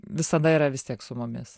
visada yra vis tiek su mumis